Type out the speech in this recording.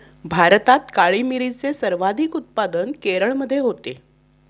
भारतात काळी मिरीचे सर्वाधिक उत्पादन केरळमध्ये होते